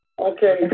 Okay